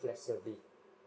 flexibly